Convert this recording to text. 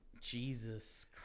Jesus